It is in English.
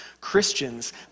Christians